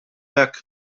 hekk